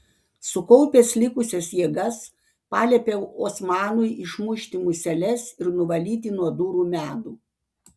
sukaupęs likusias jėgas paliepiau osmanui išmušti museles ir nuvalyti nuo durų medų